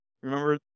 Remember